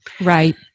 right